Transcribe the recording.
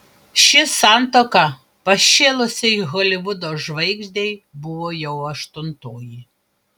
ši santuoka pašėlusiai holivudo žvaigždei buvo jau aštuntoji